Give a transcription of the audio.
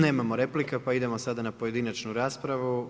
Nemamo replika pa idemo sada na pojedinačnu raspravu.